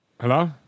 Hello